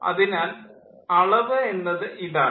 അതിനാൽ അളവ് എന്നത് ഇതാണ്